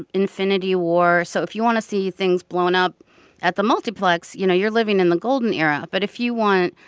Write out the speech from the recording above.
infinity war. so if you want to see things blown up at the multiplex, you know, you're living in the golden era. but if you want,